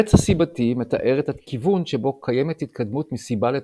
החץ הסיבתי מתאר את הכיוון שבו קיימת התקדמות מסיבה לתוצאה,